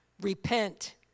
Repent